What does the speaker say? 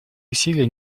усилия